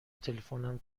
تلفنم